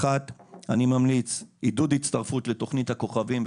ראשית: אני ממליץ על עידוד הצטרפות לתוכנית הכוכבים,